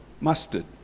mustard